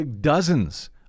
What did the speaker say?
dozens